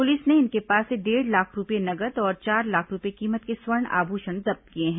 police ने इनके पास से डेढ़ लाख रूपये नगद और चार लाख रूपये कीमत के स्वर्ण आभूषण जब्त किए हैं